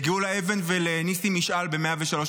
לגאולה אבן ולנסים משעל ב-103.